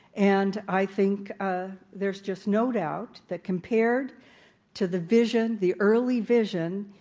and i think there's just no doubt that compared to the vision, the early vision,